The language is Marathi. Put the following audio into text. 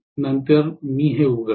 नंतर मी हे उघडतो